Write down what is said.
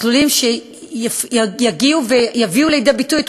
מסלולים שיגיעו ויביאו לידי ביטוי את